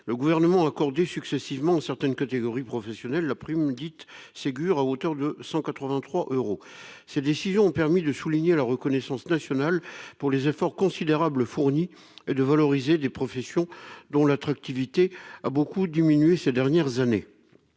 le Gouvernement a accordé successivement à certaines catégories professionnelles la prime dite Ségur, d'un montant de 183 euros. Ces décisions ont permis de souligner la reconnaissance nationale pour les efforts considérables fournis et de revaloriser des professions dont l'attractivité a beaucoup diminué ces dernières années.